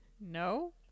No